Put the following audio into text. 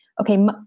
Okay